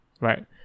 Right